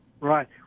Right